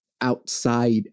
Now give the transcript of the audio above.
outside